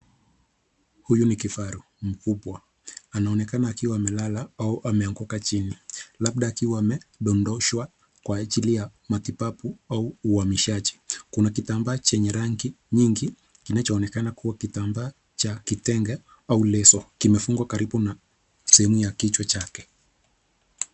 Huyu ni kifaru mkubwa. Anaonekana akiwa amelala au ameanguka chini, labda akiwa amedondoshwa kwa ajili ya matibabu au uhamishaji. Kuna kitambaa chenye rangi nyingi kinachoonekana kuwa kitambaa cha kitenge au leso. Kimefungwa karibu na sehemu ya kichwa chake.